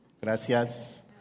Gracias